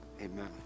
Amen